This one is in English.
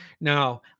Now